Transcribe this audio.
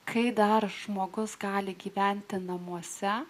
kai dar žmogus gali gyventi namuose